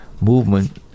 movement